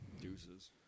Deuces